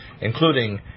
including